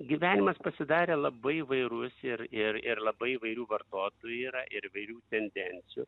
gyvenimas pasidarė labai įvairus ir ir ir labai įvairių vartotojų yra ir įvairių tendencijų